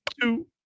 two